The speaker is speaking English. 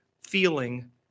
feeling